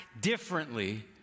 differently